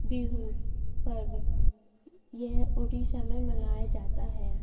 بیہو پرو یہ اڑیشہ میں منایا جاتا ہے